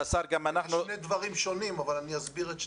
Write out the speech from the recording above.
אלה שני דברים שונים אבל אני אסביר את שניהם.